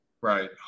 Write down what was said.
right